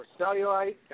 cellulite